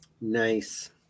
nice